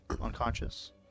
unconscious